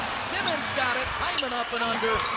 simmons got it, hyman up and under.